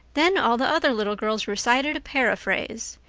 then all the other little girls recited a paraphrase.